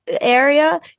area